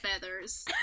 feathers